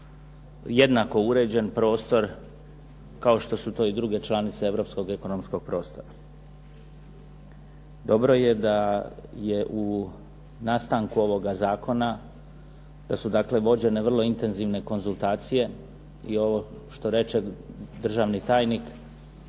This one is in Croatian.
jednako uređen prostor kao što su to i druge članice europskog ekonomskog prostora. Dobro je da je u nastanku ovoga zakona, da su dakle vođene vrlo intenzivne konzultacije, i ovo što reče državni tajnik